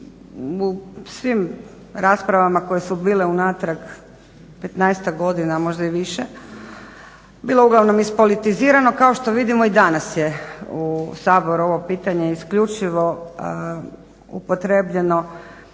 u svim raspravama koje su bile unatrag petnaestak godina možda i više bilo uglavnom ispolitizirano kao što vidimo i danas je u Saboru ovo pitanje isključivo upotrjebljeno